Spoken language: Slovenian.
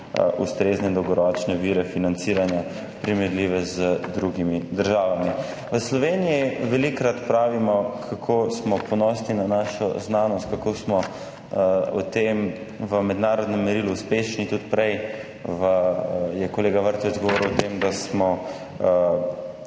ustrezne in dolgoročne vire financiranja, primerljive z drugimi državami. V Sloveniji velikokrat pravimo, kako smo ponosni na našo znanost, kako smo o tem v mednarodnem merilu uspešni. Prej je kolega Vrtovec govoril o tem, da smo